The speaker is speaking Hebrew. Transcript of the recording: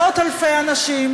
מאות-אלפי אנשים